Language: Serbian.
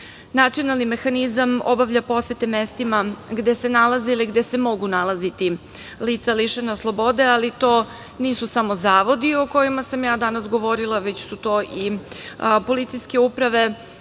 Nacionalni mehanizam obavlja posete mestima gde se nalazile i gde se mogu nalaziti lica lišene slobode, ali to nisu samo zavodi o kojima sam danas govorila, već su to i policijske uprave,